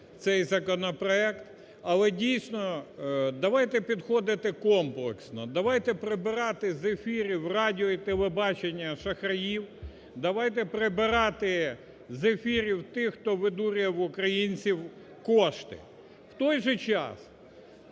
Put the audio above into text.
цей законопроект, але дійсно давайте підходити комплексно. Давайте прибирати з ефірів радіо і телебачення шахраїв, давайте прибирати з ефірів тих, хто видурює в українців кошти. В той же час,